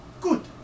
Good